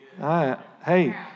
Hey